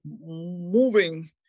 moving